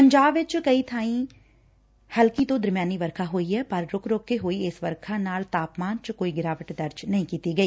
ਪੰਜਾਬ ਵਿਚ ਕਈ ਜਗ਼ਾ ਤੇ ਹਲਕੀ ਤੋਂ ਦਰਮਿਆਨੀ ਵਰਖਾ ਹੋਈ ਏ ਪਰ ਰੁਕ ਰੁਕ ਕੇ ਹੋਈ ਇਸ ਵਰਖਾ ਨਾਲ ਤਾਪਮਾਨ ਚ ਕੋਈ ਗਿਰਾਵਟ ਦਰਜ ਨਹੀਂ ਕੀਤੀ ਗਈ